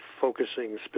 focusing